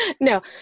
No